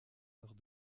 lors